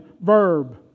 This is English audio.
verb